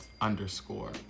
underscore